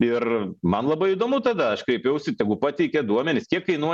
ir man labai įdomu tada aš kreipiausi tegu pateikia duomenis kiek kainuoja